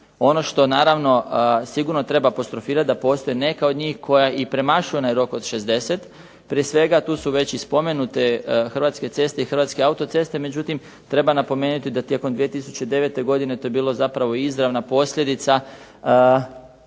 Ono što naravno sigurno treba apostrofirati da postoji neka od njih koja i premašuju onaj rok od 60, prije svega tu su već i spomenute Hrvatske ceste i Hrvatske autoceste, međutim treba napomenuti da tijekom 2009. godine to je bila zapravo izravna posljedica